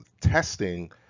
testing